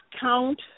count